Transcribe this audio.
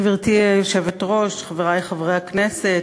גברתי היושבת-ראש, חברי חברי הכנסת,